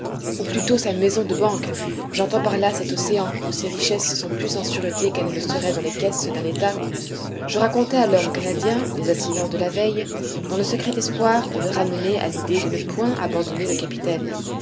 ou plutôt sa maison de banque j'entends par là cet océan où ses richesses sont plus en sûreté qu'elles ne le seraient dans les caisses d'un état je racontai alors au canadien les incidents de la veille dans le secret espoir de le ramener à l'idée de ne point abandonner le capitaine